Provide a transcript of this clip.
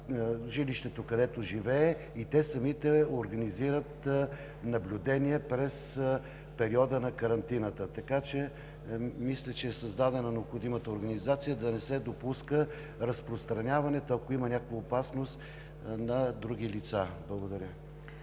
жилището, където живее, и самите организират наблюдението през периода на карантината. Мисля, че е създадена необходимата организация да не се допуска разпространяването, ако има някаква опасност за други лица. Благодаря.